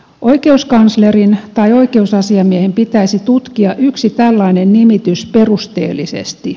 oikeuskanslerin tai oikeusasiamiehen pitäisi tutkia yksi tällainen nimitys perusteellisesti